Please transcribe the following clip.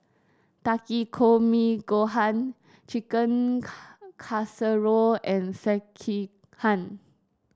Takikomi Gohan Chicken Casserole and Sekihan